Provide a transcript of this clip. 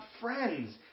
friends